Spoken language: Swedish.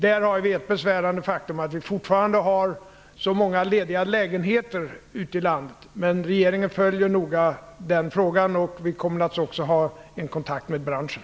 Det är ett besvärande faktum att vi fortfarande har så många lediga lägenheter ute i landet, men regeringen följer noga den frågan, och vi kommer naturligtvis också att ha kontakt med branschen.